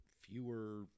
fewer